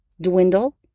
dwindle